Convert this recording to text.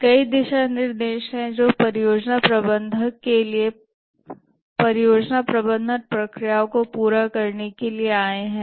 कई दिशानिर्देश हैं जो परियोजना प्रबंधक के लिए परियोजना प्रबंधन प्रक्रियाओं को पूरा करने के लिए आए हैं